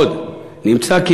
עוד נמצא,